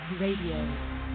Radio